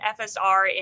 FSR